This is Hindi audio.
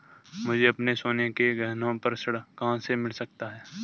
मुझे अपने सोने के गहनों पर ऋण कहाँ से मिल सकता है?